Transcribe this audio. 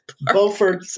Beaufort